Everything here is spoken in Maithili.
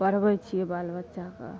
पढ़बैत छियै बाल बच्चा कऽ